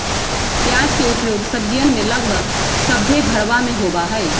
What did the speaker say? प्याज के उपयोग सब्जीयन में लगभग सभ्भे घरवा में होबा हई